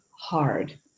hard